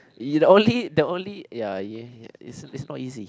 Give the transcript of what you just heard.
it only the only ya ya~ is is not easy